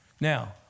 Now